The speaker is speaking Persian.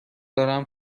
دارم